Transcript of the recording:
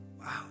Wow